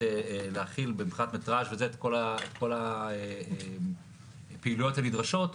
להכיל מבחינת מטרז' את כל הפעילויות הנדרשות,